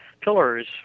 pillars